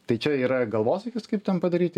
tai čia yra galvosūkis kaip ten padaryti